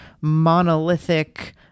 monolithic